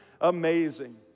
Amazing